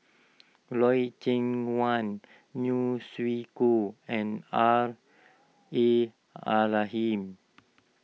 Loy Chye Wan Neo Chwee Kok and R A